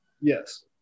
Yes